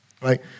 right